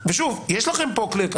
ויש לכם פה clear cut,